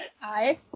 Hi